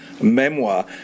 Memoir